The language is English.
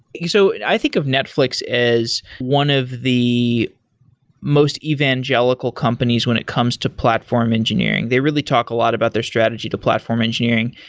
so, i think of netflix as one of the most evangelical companies when it comes to platform engineering. they really talk a lot about their strategy to platform engineering.